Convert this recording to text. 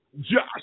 Josh